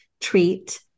treat